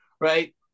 Right